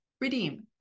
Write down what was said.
Redeem